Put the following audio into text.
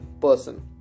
person